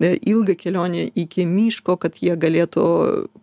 ne ilgą kelionę iki miško kad jie galėtų